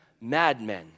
madmen